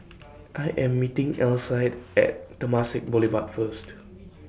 I Am meeting Alcide At Temasek Boulevard First